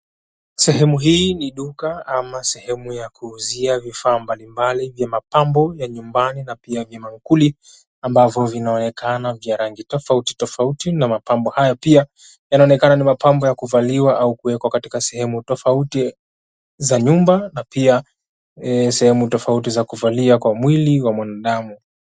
Sehemu hii ni duka ama sehemu ya kuuzia vifaa mbalimbali vya mapambo ya nyumbani na pia vya maankuli ambavo vinaonekana vya rangi tofauti tofauti na mapambo hayo pia yanaonekana ni mapambo ya kuvalia au kuwekwa katika sehemu tofauti za nyumba na pia eeh sehemu tofauti za kuvalia kwa mwili wa mwanadamu.